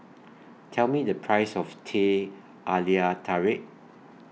Tell Me The Price of Teh Halia Tarik